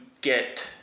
get